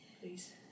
Please